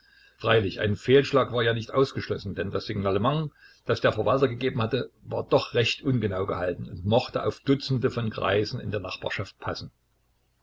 freilich ein fehlschlag war ja nicht ausgeschlossen denn das signalement das der verwalter gegeben hatte war doch recht ungenau gehalten und mochte auf dutzende von greisen in der nachbarschaft passen